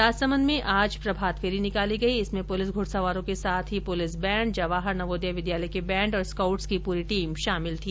राजसमंद में आज प्रभात फेरी निकाली गई इसमें पुलिस घुडसवारों के साथ ही पुलिस बैण्ड जवाहर नवोदय विद्यालय के बैंण्ड और स्काउट्स की पूरी टीम शामिल थी